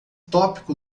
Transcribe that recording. tópico